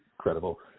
incredible